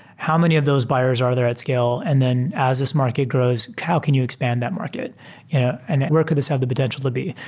how many of those buyers are there at scale and then as this market grows, how can you expand that market and work with us have the potential to be.